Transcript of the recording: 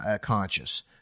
conscious